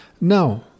No